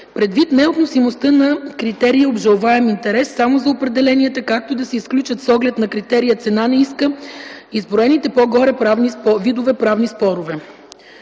предвид неотносимостта на критерия „обжалваем интерес” само за определенията, както и да се изключат с оглед на критерия „цена на иска” изброените по-горе видове правни спорове.